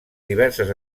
diverses